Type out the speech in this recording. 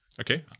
Okay